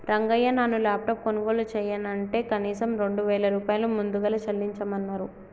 రంగయ్య నాను లాప్టాప్ కొనుగోలు చెయ్యనంటే కనీసం రెండు వేల రూపాయలు ముదుగలు చెల్లించమన్నరు